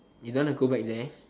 you don't want to go back there